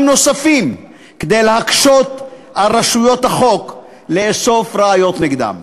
נוספים כדי להקשות על רשויות החוק לאסוף ראיות נגדם.